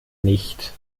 nicht